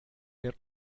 der